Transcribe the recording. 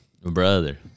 brother